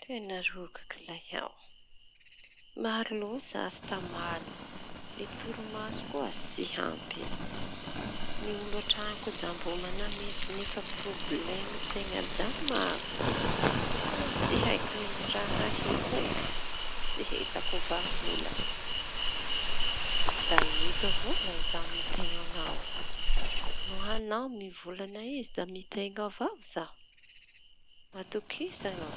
teña rokaky lay iaho! Maro loatsy asa tamaly iñy; ny torimaso koa tsy ampy; ny olo antraño koa da mnô manamerde nefa problemy teña da maro. Tsy haiko lay ny ra ahiko e! Tsy hitako vaha ola. Da eto avao lay za miteno añao no añao mivolaña izy da miteno avo zaho, matokisa añao.